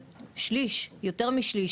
יותר מ-1/3,